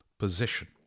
position